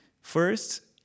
first